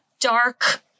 dark